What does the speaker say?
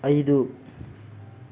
ಐದು